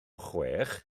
chwech